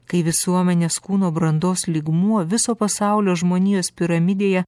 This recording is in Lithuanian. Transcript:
kai visuomenės kūno brandos lygmuo viso pasaulio žmonijos piramidėje